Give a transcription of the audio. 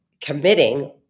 committing